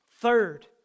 Third